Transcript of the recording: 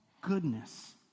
goodness